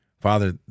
Father